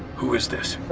who is this?